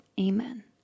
Amen